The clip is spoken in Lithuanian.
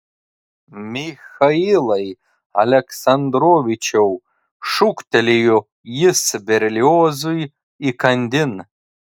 michailai aleksandrovičiau šūktelėjo jis berliozui įkandin